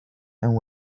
and